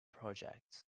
projects